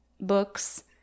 books